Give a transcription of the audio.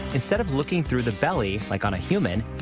instead of looking through the belly, like on a human,